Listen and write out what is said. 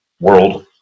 world